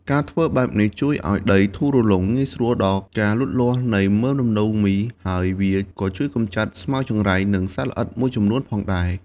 ការធ្វើបែបនេះជួយឱ្យដីធូររលុង ងាយស្រួលដល់ការលូតលាស់នៃមើមដំឡូងមី ហើយវាក៏ជួយកម្ចាត់ស្មៅចង្រៃ និងសត្វល្អិតមួយចំនួនផងដែរ។